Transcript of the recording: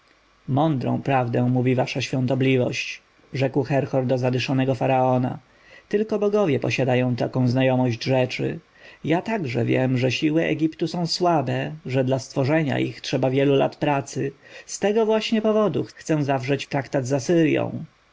mądrą prawdę mówi wasza świątobliwość rzekł herhor do zadyszanego faraona tylko bogowie posiadają taką znajomość rzeczy ja także wiem że siły egiptu są słabe że dla stworzeniu ich trzeba wielu lat pracy z tego właśnie powodu chcę zawrzeć traktat